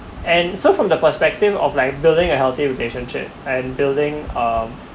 and so from the perspective of like building a healthy relationship and building um